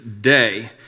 day